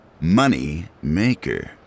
Moneymaker